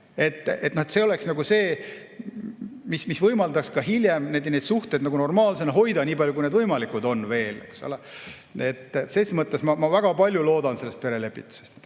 see oleks see, mis võimaldaks ka hiljem neid suhteid normaalsena hoida, niipalju kui see veel võimalik on. Selles mõttes ma väga palju ootan sellest perelepitusest.